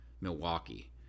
Milwaukee